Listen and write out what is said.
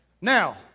Now